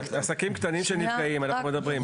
-- עסקים קטנים שנפגעים אנחנו מדברים.